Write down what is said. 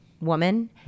woman